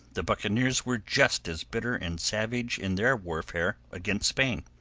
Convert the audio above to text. the buccaneers were just as bitter and savage in their warfare against spain.